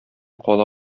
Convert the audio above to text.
кала